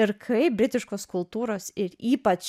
ir kaip britiškos kultūros ir ypač